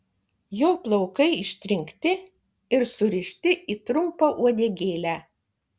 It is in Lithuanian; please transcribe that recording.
jo plaukai ištrinkti ir surišti į trumpą uodegėlę